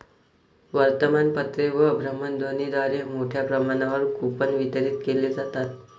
वर्तमानपत्रे व भ्रमणध्वनीद्वारे मोठ्या प्रमाणावर कूपन वितरित केले जातात